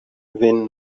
when